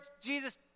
Jesus